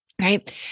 right